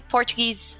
Portuguese